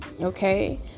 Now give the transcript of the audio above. okay